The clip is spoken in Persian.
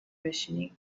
بشینی